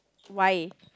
why